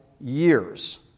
years